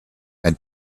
and